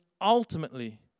ultimately